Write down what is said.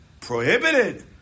prohibited